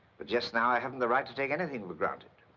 but just now, i haven't the right to take anything for granted.